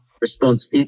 response